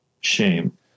Shame